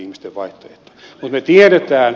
mutta me tiedämme